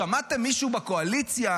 שמעת מישהו בקואליציה,